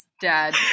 dad